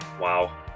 Wow